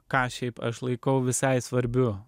ką šiaip aš laikau visai svarbiu